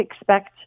expect